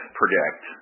predict